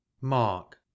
mark